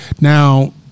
now